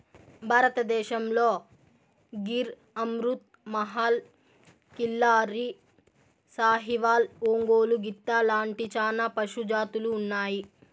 భారతదేశంలో గిర్, అమృత్ మహల్, కిల్లారి, సాహివాల్, ఒంగోలు గిత్త లాంటి చానా పశు జాతులు ఉన్నాయి